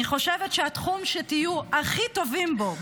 אני חושבת שהתחום שתהיו הכי טובים בו,